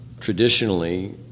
traditionally